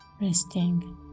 resting